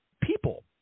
people